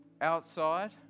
outside